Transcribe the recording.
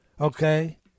okay